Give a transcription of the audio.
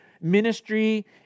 ministry